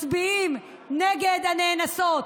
מצביעים נגד הנאנסות,